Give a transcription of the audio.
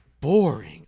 boring